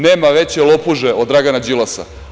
Nema veće lopuže od Dragna Đilasa.